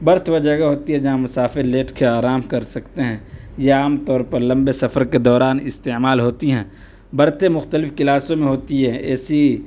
birth وہ جگہ ہوتی ہے جہاں مسافر لیٹ کے آرام کر سکتے ہیں یہ عام طور پر لمبے سفر کے دوران استعمال ہوتی ہیں برتھیں مختلف کلاسوں میں ہوتی ہے اے سی